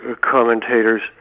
commentators